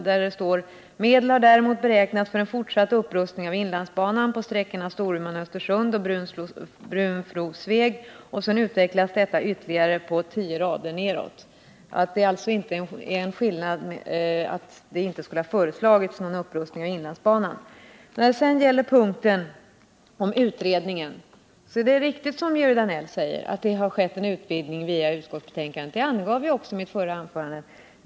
Där står: ”Medel har däremot beräknats för en fortsatt upprustning av inlandsbanan på sträckorna Storuman-Östersund och Brunflo-Sveg.” Detta utvecklas sedan på ytterligare tio rader. Det föreligger alltså inte någon skillnad när det gäller förslag om upprustning av inlandsbanan. Beträffande punkten om utredning är det riktigt, som Georg Danell säger, att det har skett en utvidgning via utskottet. Det angav jag också i mitt förra anförande.